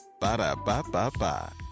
Ba-da-ba-ba-ba